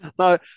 No